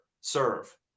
serve